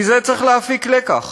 מזה צריך להפיק לקח: